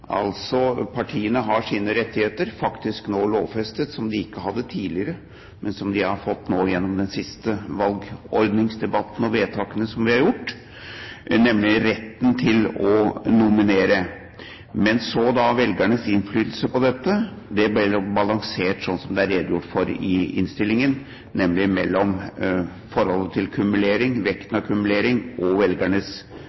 Partiene har sine rettigheter, faktisk nå lovfestet, som de ikke hadde tidligere. De har nå gjennom den siste valgordningsdebatten og vedtakene som vi har gjort, nemlig fått retten til å nominere. Men så blir velgernes innflytelse på dette balansert slik som det er redegjort for i innstillingen, nemlig forholdet til kumulering, vekten